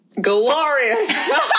glorious